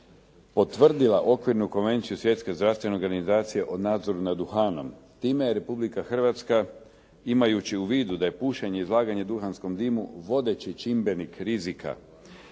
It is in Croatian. potvrdila okvirnu Konvenciju Svjetske zdravstvene organizacije o nadzoru nad duhanom. Time je Republika Hrvatska, imajući u vidu da je pušenje i izlaganje duhanskom dimu vodeći čimbenik rizika